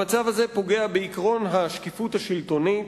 המצב הזה פוגע בעקרון השקיפות השלטונית,